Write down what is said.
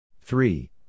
Three